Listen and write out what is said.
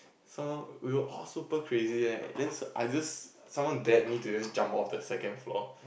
someone we were all super crazy right then I just someone dared me to just jump off the second floor